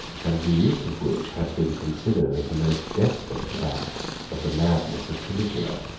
and the use of which had been considered as the most desperate act of the madness of caligula.